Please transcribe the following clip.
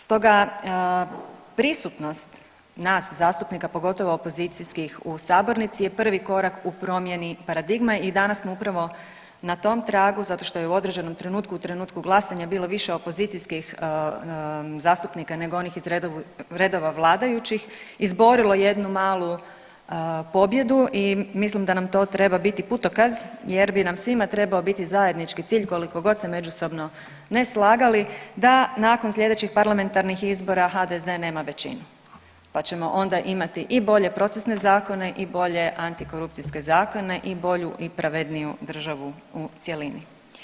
Stoga prisutnost nas zastupnika pogotovo opozicijskih u sabornici je prvi korak u promjeni paradigme i danas smo upravo na tom tragu zato što je u određenom trenutku, u trenutku glasanja bilo više opozicijskih zastupnika nego onih iz redova vladajućih izborilo jednu malu pobjedu i mislim da nam to treba biti putokaz jer bi nam svima trebao biti zajednički cilj koliko god se međusobno ne slagali da nakon slijedećih parlamentarnih izbora HDZ nema većinu, pa ćemo onda imati i bolje procesne zakone i bolje antikorupcijske zakone i bolju i pravedniju državu u cjelini.